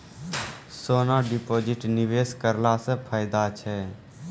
सोना deposit निवेश करला से फैदा छै?